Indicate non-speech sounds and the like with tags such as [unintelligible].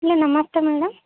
[unintelligible] ನಮಸ್ತೆ ಮೇಡಮ್